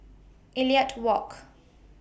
Elliot Walk